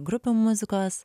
grupių muzikos